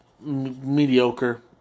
mediocre